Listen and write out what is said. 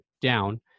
down